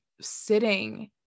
sitting